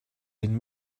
den